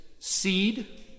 Seed